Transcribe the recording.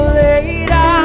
later